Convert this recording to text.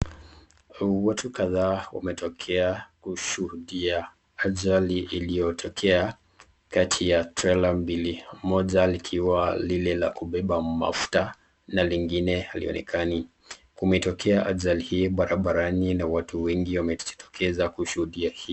Watu kadhaa wametokea kushuudia ajali iyotokea kati ya trela mbili moja likiwa lile la kubeba mafuta na lingine halionekani, kumetokea ajali hii barabarani na watu wengi wamejitokeza kushuudia hii.